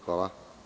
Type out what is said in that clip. Hvala.